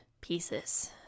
pieces